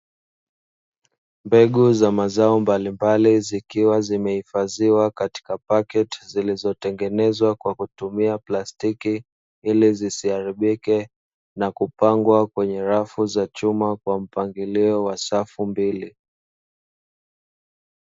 Mbegu za mazao mbalimbali zikiwa zimehifadhiwa katika pakiti zilizotengenezwa kwa kutumia plastiki, ili zisiharibike na kupangwa kwenye rafu za chuma kwa mpangilio wa safu mbili.